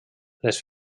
les